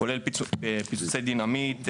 כולל פיצוצי דינמיט,